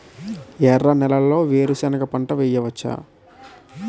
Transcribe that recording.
ఎర్ర నేలలో వేరుసెనగ పంట వెయ్యవచ్చా?